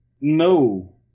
No